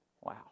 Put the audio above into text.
Wow